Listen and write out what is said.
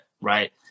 Right